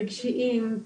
רגשיים,